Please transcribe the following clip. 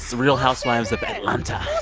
real housewives of atlanta.